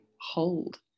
hold